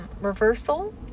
reversal